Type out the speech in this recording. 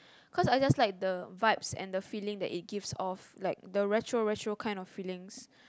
cause I just like the vibes and the feeling it gives off like the retro retro kind of feelings